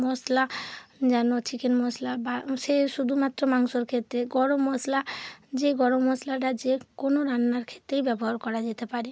মশলা যেন চিকেন মশলা বা সে শুধুমাত্র মাংসর ক্ষেত্রে গরম মশলা যে গরম মশলাটা যে কোনো রান্নার ক্ষেত্রেই ব্যবহার করা যেতে পারে